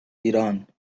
ایران